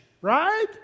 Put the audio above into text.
right